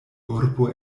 urbo